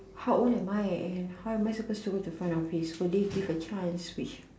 how old am I and how am I suppose to find the office will they give a chance which